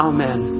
Amen